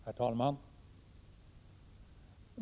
Herr talman!